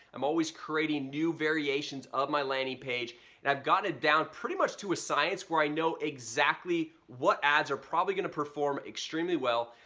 i'm always creating variations of my landing page and i've got it down pretty much to a science where i know exactly what ads are probably gonna perform extremely well?